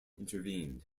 intervened